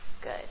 Good